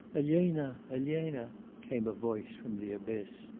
elena, elena came a voice from the abyss.